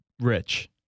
rich